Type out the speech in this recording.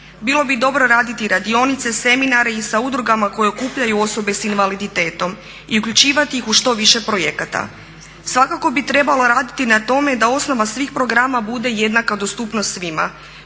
Bilo bi dobro raditi radionice, seminare i sa udrugama koje okupljaju osobe s invaliditetom i uključivati ih u što više projekata. Svakako bi trebalo raditi na tome da osnova svih programa bude jednaka dostupnost svima.